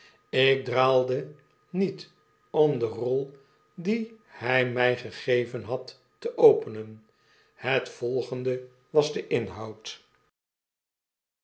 ik draalde niet om de rol die hij mfl gegeven had te openen het volgende was de inhoud